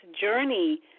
journey